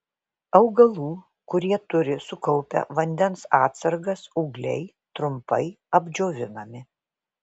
augalų kurie turi sukaupę vandens atsargas ūgliai trumpai apdžiovinami